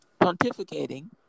pontificating